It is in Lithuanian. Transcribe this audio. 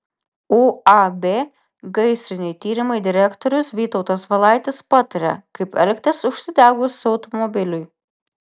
uab gaisriniai tyrimai direktorius vytautas valaitis pataria kaip elgtis užsidegus automobiliui